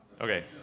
Okay